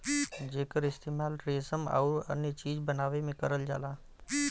जेकर इस्तेमाल रेसम आउर अन्य चीज बनावे में करल जाला